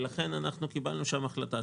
לכן קיבלנו שם החלטה,